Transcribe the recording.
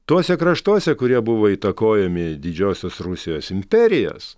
tuose kraštuose kurie buvo įtakojami didžiosios rusijos imperijos